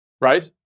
right